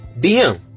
DM